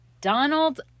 Donald